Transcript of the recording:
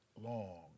long